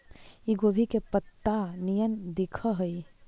इ गोभी के पतत्ता निअन दिखऽ हइ